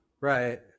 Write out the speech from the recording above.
Right